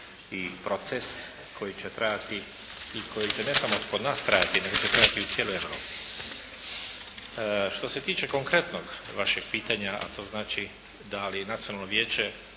i proces koji će trajati i koji će ne samo kod nas trajati, nego će trajati u cijeloj Europi. Što se tiče konkretnog vašeg pitanja, a to znači da li Nacionalno vijeće